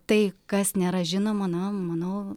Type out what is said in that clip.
tai kas nėra žinoma na manau